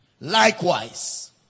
Likewise